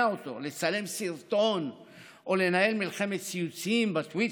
אותו לצלם סרטון או לנהל מלחמת ציוצים בטוויטר.